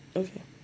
okay